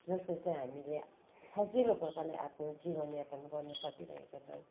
जसले चाहिँ हामीले सजिलो प्रकारले आफ्नो जीवनयापन गर्नु सकिरहेका छन्